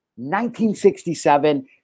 1967